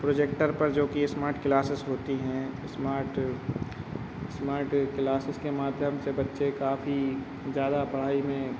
projector पर जोकि smart classes होती हैं स्मार्ट स स्मार्ट क्लासेज के माध्यम से बच्चे काफी ज़्यादा पढ़ाई में